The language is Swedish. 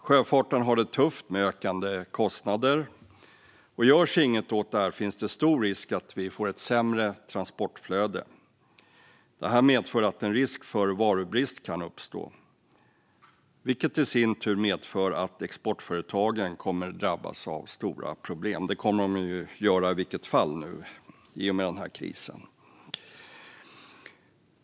Sjöfarten har det tufft med ökande kostnader, och görs inget åt detta finns stor risk att vi får ett sämre transportflöde. Det medför att en risk för varubrist kan uppstå, vilket i sin tur medför att exportföretagen kommer att drabbas av stora problem. Det kommer de att göra i varje fall i och med den här krisen.